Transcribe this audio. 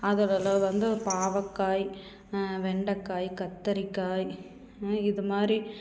அது வந்து பாவக்காய் வெண்டைக்காய் கத்திரிக்காய் இதுமாதிரி